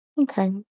Okay